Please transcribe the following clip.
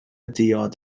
diod